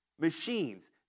machines